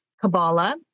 Kabbalah